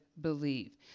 believe